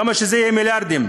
כמה שזה יהיה מיליארדים,